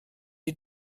die